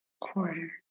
quarter